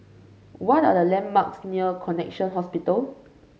what are the landmarks near Connexion Hospital